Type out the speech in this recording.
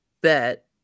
bet